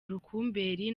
rukumberi